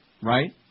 Right